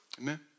Amen